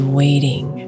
waiting